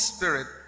Spirit